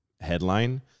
headline